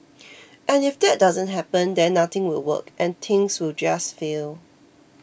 and if that doesn't happen then nothing will work and things will just fail